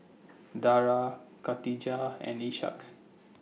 Dara Katijah and Ishak